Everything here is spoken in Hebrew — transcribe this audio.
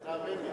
תאמין לי.